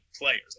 players